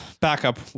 Backup